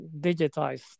digitized